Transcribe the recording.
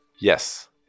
Yes